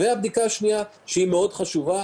הבדיקה השנייה מאוד חשובה,